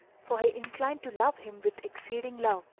for he inclined to love him with exceeding love.